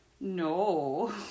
No